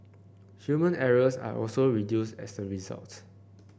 human errors are also reduced as a result